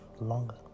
longer